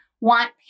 want